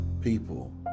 people